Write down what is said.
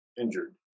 injured